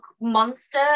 Monster